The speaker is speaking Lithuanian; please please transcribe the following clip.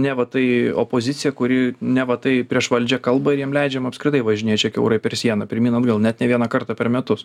neva tai opozicija kuri neva tai prieš valdžią kalba ir jiem leidžiama apskritai važinėt čia kiaurai per sieną pirmyn atgal net ne vieną kartą per metus